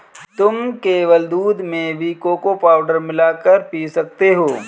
तुम केवल दूध में भी कोको पाउडर मिला कर पी सकते हो